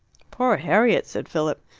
poor harriet! said philip,